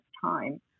time